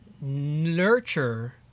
nurture